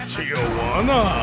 Tijuana